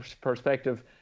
perspective